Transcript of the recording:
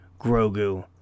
Grogu